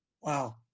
Wow